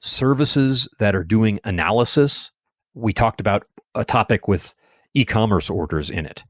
services that are doing analysis we talked about a topic with e commerce orders in it.